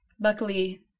luckily